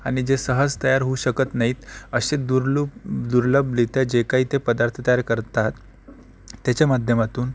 आणि जे सहज तयार होऊ शकत नाहीत असे दुरलुभ दुर्लभरित्या जे काही ते पदार्थ तयार करतात त्याच्या माध्यमातून